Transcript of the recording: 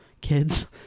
Kids